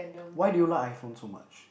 why did you like iPhone so much